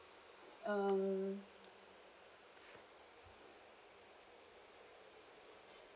um